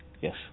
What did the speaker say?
Yes